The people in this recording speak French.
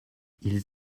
ils